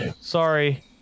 Sorry